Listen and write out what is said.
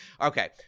Okay